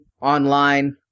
online